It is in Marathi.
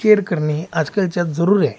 केअर करने आजकालच्यात जरूर आहे